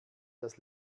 das